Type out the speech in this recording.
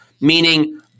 meaning